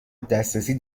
دسترسی